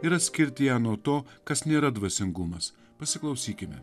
ir atskirti ją nuo to kas nėra dvasingumas pasiklausykime